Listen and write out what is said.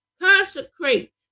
consecrate